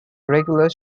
regular